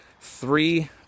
three